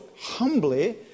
humbly